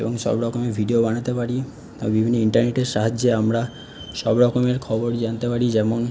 এবং সবরকমের ভিডিও বানাতে পারি আর বিভিন্ন ইন্টারনেটের সাহায্যে আমরা সবরকমের খবর জানতে পারি যেমন